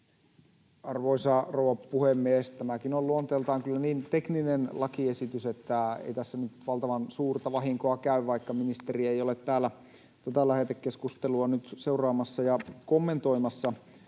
Arvoisa rouva puhemies! Tämäkin on luonteeltaan kyllä niin tekninen lakiesitys, että ei tässä nyt valtavan suurta vahinkoa käy, vaikka ministeri ei ole täällä tätä lähetekeskustelua nyt seuraamassa ja kommentoimassa.